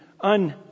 un